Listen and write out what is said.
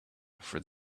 for